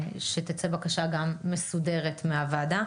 שתצא בקשה מסודרת מהוועדה.